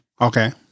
Okay